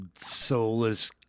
soulless